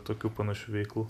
tokių panašių veiklų